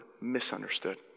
misunderstood